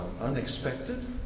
unexpected